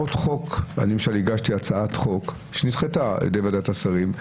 אני למשל הגשתי הצעת חוק שנדחתה על ידי ועדת השרים,